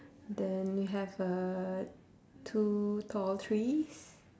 then we have uh two tall trees